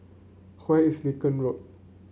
is Lincoln Road